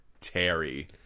Terry